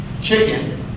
chicken